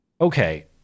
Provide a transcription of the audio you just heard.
Okay